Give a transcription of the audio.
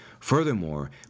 Furthermore